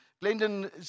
Glendon